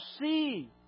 see